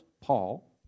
Paul